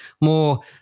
more